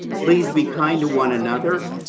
please be kind to one another,